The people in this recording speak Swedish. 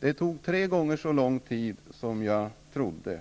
''Det tog tre gånger så lång tid som jag trodde.